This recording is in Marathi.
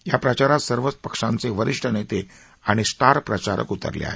या प्रचारात सर्वच पक्षांचे वरिष्ठ नेते आणि स्टार प्रचारक उतरले आहे